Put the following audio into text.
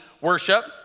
worship